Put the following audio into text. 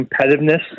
competitiveness